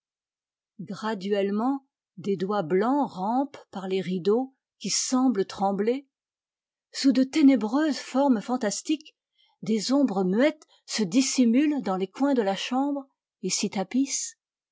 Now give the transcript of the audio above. graduellement des doigts blancs rampent par les rideaux qui semblent trembler sous de ténébreuses formes fantastiques des ombres muettes se dissimulent dans les coins de la chambre et s'y tapissent